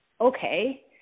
Okay